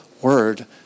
word